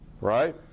right